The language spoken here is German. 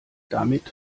damit